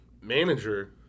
manager